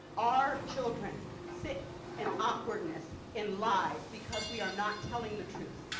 our children sit in awkwardness in lies because we are not telling the truth.